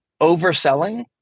overselling